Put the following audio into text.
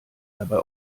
dabei